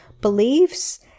beliefs